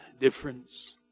Difference